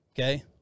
Okay